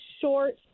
short